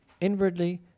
inwardly